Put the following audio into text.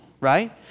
right